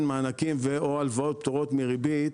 מענקים ו/או הלוואות פטורות מריבית